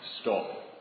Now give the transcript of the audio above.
stop